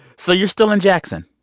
so you're still in jackson?